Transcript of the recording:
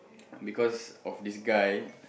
because of this guy